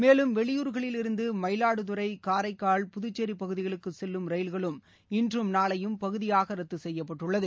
மேலும் வெளியூர்களில் இருந்து மயிலாடுதுறை காரைக்கால் புதுச்சேரி பகுதிகளுக்கு செல்லும் ரயில்களும் இன்றும் நாளையும் பகுதியாக ரத்து செய்யப்பட்டுள்ளது